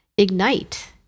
ignite